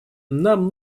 нам